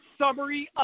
summary